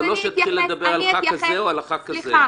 אבל לא שתתחיל לדבר על ח"כ כזה או על ח"כ כזה.